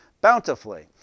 bountifully